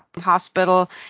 Hospital